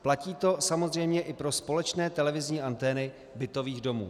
Platí to samozřejmě i pro společné televizní antény bytových domů.